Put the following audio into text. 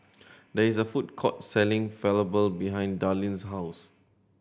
there is a food court selling Falafel behind Darleen's house